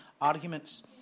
arguments